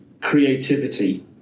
creativity